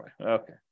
Okay